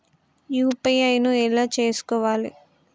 UPI ను ఎలా చేస్కోవాలి?